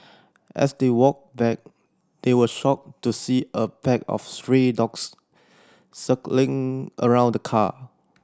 as they walked back they were shocked to see a pack of stray dogs circling around the car